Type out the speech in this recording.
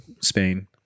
Spain